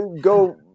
go